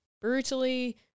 Brutally